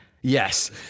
yes